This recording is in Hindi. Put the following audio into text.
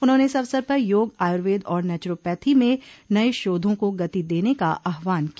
उन्होंने इस अवसर पर योग आयुर्वेद और नेचुरोपथी में नये शोधों को गति देने का आह्वान किया